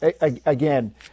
again